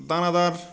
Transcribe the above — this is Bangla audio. দানাদার